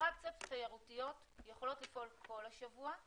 אטרקציות תיירותיות יכולות לפעול כל השבוע,